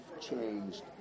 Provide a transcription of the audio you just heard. changed